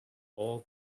all